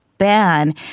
ban